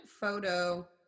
photo